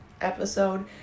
episode